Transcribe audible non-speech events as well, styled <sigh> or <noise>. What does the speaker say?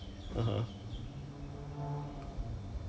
then you are pretty screwed already you know <laughs>